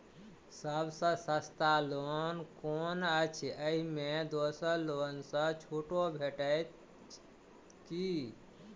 सब सँ सस्ता लोन कुन अछि अहि मे दोसर लोन सँ छुटो भेटत की?